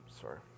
sorry